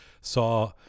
saw